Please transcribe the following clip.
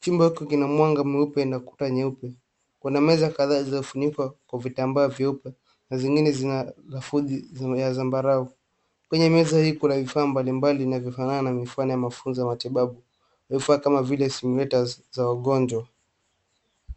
Chumba hiki kina mwanga mweupe na kuta nyeupe. Kuna meza kadhaa zilizofunikwa kwa vitambaa vyeupe na zingine zinarafudhi ya zambarau. Kwenye meza hii kuna vifaa mbalimbali vinavyofanana na mifani ya mafunzo ya matibabu. Vifaa kama vile simulators za wagonjwa.